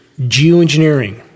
geoengineering